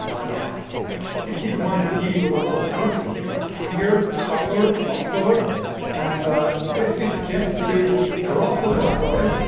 yeah and keep in mind you're dealing with a lot of equipment here spear, buckler, longsword and he basically suggests to drop the buckler